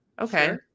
Okay